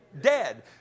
Dead